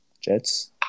Jets